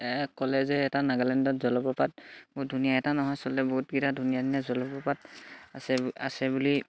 ক'লে যে এটা নাগালেণ্ডত জলপ্ৰপাত বহুত ধুনীয়া এটা নহয় আচলতে বহুতকেইটা ধুনীয়া ধুনীয়া জলপ্ৰপাত আছে আছে বুলি